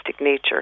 nature